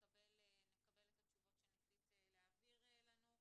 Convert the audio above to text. נקבל את התשובות שניסית להעביר לנו.